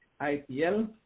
IPL